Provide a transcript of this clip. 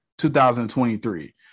2023